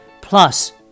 plus